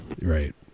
right